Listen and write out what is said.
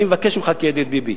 אני מבקש ממך כידיד, ביבי.